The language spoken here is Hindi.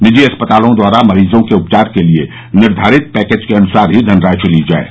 निजी अस्पतालों द्वारा मरीजों के उपचार के लिए निर्धारित पैकेज के अनुसार ही धनराशि ली जाये